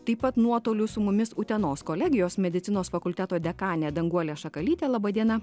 taip pat nuotoliu su mumis utenos kolegijos medicinos fakulteto dekanė danguolė šakalytė laba diena